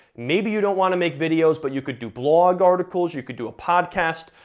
maybe you don't wanna make videos, but you could do blog articles, you could do a podcast,